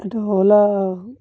ଏଇଟା ଓଲା